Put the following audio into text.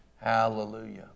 Hallelujah